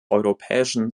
europäischen